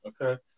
Okay